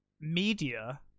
media